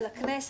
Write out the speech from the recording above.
בוקר טוב לכולם.